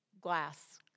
glass